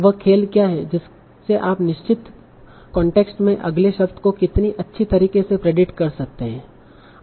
वह खेल क्या है जिसमे आप निश्चित कांटेक्स्ट में अगले शब्द को कितनी अच्छी तरह से प्रेडिक्ट कर सकते हैं